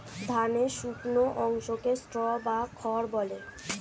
ধানের শুকনো অংশকে স্ট্র বা খড় বলে